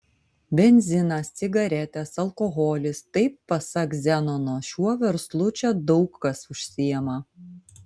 benzinas cigaretės alkoholis taip pasak zenono šiuo verslu čia daug kas užsiima